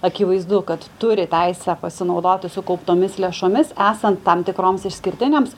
akivaizdu kad turi teisę pasinaudoti sukauptomis lėšomis esant tam tikroms išskirtinėms